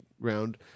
Round